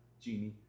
Genie